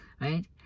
right